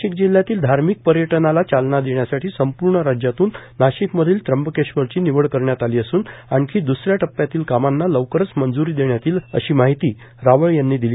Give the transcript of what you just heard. नाशिक जिल्ह्यातील धार्मिक पर्यटनाला चालना देण्यासाठी संपूर्ण राज्यातून नाशिक मधील त्र्यंबकेश्वरची निवड करण्यात आली असून आणखी द्सऱ्या टप्प्यातील कामांना लवकरच मंजूरी देण्यात येईल अशी माहिती रावळ यांनी दिली